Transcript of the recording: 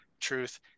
truth